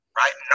right